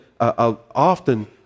often